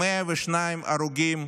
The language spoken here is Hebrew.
עם 102 הרוגים,